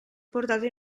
portato